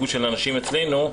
הנשים אצלנו,